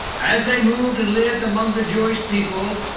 as they moved and lived among the jewish people,